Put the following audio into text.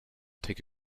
take